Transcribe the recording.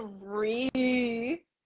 three